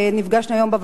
נפגשנו היום,